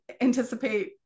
anticipate